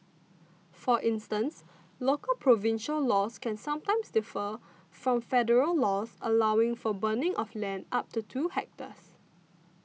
for instance local provincial laws can sometimes differ from federal laws allowing for burning of land up to two hectares